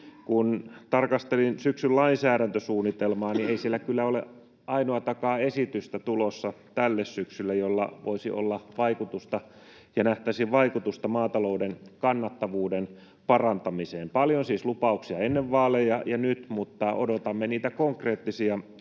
Kun tarkastelin syksyn lainsäädäntösuunnitelmaa, niin ei siellä kyllä ole ainoatakaan esitystä tulossa tälle syksylle, jolla voisi olla vaikutusta ja nähtäisiin vaikutusta maatalouden kannattavuuden parantamiseen. Paljon siis lupauksia ennen vaaleja ja nyt, mutta odotamme niitä konkreettisia esityksiä.